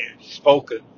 spoken